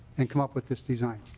and come up with this design.